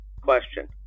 Question